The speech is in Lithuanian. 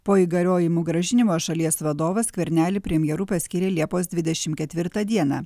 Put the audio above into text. po įgaliojimų grąžinimo šalies vadovas skvernelį premjeru paskyrė liepos dvidešim ketvirtą dieną